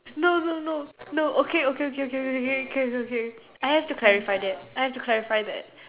no no no no okay okay okay K K K K K K okay okay I have to clarify that I have to clarify that